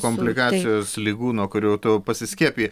komplikacijos ligų nuo kurių tu pasiskiepiji